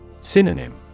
Synonym